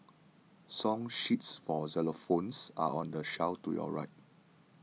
song sheets for xylophones are on the shelf to your right